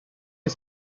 nie